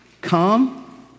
Come